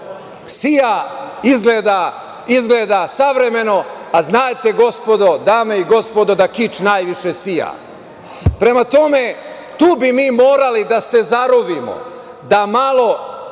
sija, izgleda savremeno, a znate, gospodo, dame i gospodo, da kič najviše sija. Prema tome, tu bi mi morali da se zarovimo, da malo